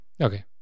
okay